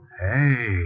Hey